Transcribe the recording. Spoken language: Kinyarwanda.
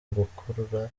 gukurura